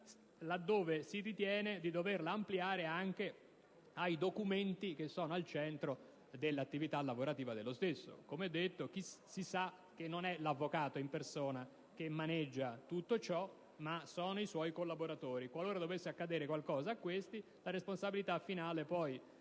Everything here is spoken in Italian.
ove si ritenga di doverla ampliare anche ai documenti che sono al centro della sua attività lavorativa. Come già detto, si sa che non è l'avvocato in persona che maneggia tutto ciò, ma sono i suoi collaboratori. Qualora dovesse accadere qualcosa a questi ultimi, la responsabilità finale